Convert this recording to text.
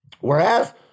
Whereas